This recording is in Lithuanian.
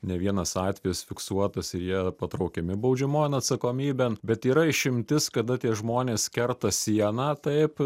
ne vienas atvejis fiksuotas ir jie patraukiami baudžiamojon atsakomybėn bet yra išimtis kada tie žmonės kerta sieną taip